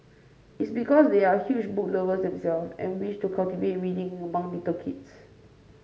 it's because they are huge book lovers themselves and wish to cultivate reading among little kids